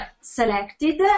selected